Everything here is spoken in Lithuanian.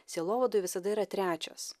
sielovadoj visada yra trečias